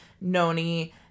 Noni